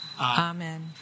Amen